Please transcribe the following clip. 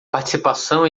participação